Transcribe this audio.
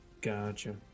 Gotcha